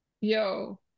yo